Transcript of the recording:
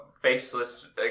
faceless